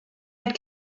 had